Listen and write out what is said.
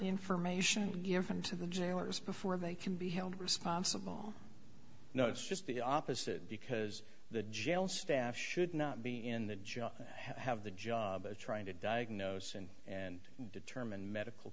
information given to the jailers before they can be held responsible no it's just the opposite because the jail staff should not be in the job and have the job of trying to diagnose and and determine medical